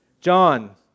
John